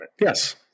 Yes